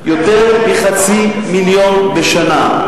יותר מחצי מיליון בשנה.